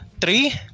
three